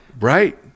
right